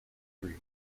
three